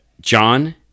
John